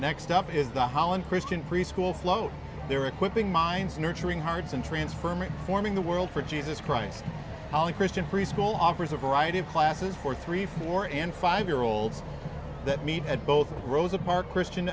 next up is the holland christian preschool float their equipping minds nurturing hearts and transfer me forming the world for jesus christ the christian preschool offers a variety of classes for three four and five year olds that meet at both rosa parks christian